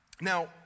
Now